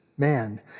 Man